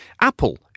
Apple